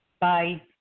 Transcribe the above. Bye